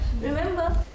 Remember